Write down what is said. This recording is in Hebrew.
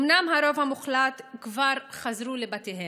אומנם הרוב הגדול כבר חזרו לבתיהם,